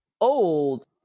old